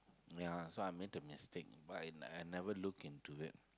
ya so I made a mistake I never look into it